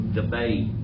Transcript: debate